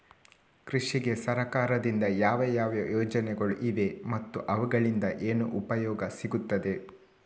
ಕೃಷಿಗೆ ಸರಕಾರದಿಂದ ಯಾವ ಯಾವ ಯೋಜನೆಗಳು ಇವೆ ಮತ್ತು ಅವುಗಳಿಂದ ಏನು ಉಪಯೋಗ ಸಿಗುತ್ತದೆ?